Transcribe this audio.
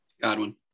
godwin